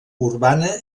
urbana